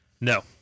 No